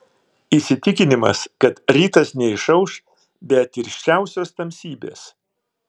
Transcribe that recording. įsitikinimas kad rytas neišauš be tirščiausios tamsybės